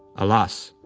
alas!